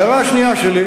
הערה שנייה שלי: